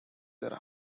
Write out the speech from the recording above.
their